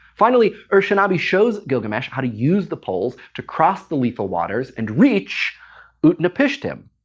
finally, ur-shanabi shows gilgamesh how to use the poles to cross the lethal waters and reach utnapishtim.